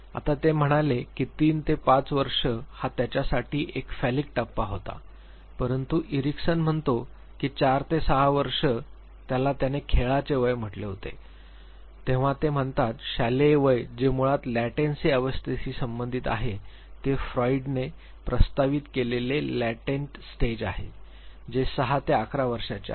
आता ते म्हणाले की ३ ते ५ हा त्याच्यासाठी एक फॅलीक टप्पा होता परंतु इरिकसन म्हणतो की ४ ते ६ वर्ष याला त्याने खेळाचे वय म्हटले होते तेव्हां ते म्हणतात शालेय वय जे मुळात लॅटेन्सी अवस्थेशी संबंधित आहे ते फ्रॉइड ने प्रस्तावित केलेले लॅटेन्त स्टेज आहे जे ६ ते ११ वर्षांचे आहे